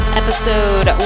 episode